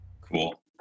Cool